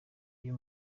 uyu